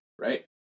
right